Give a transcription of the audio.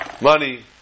money